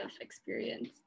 experience